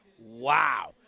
Wow